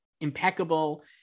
impeccable